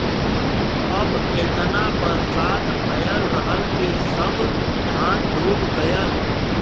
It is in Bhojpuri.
अब एतना बरसात भयल रहल कि सब धान डूब गयल